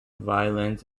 violins